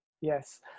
Yes